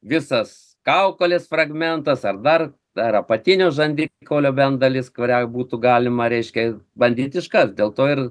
visas kaukolės fragmentas ar dar dar apatinio žandikaulio bent dalis kurią būtų galima reiškia bandyt iškast dėl to ir